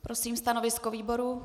Prosím stanovisko výboru.